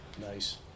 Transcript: Nice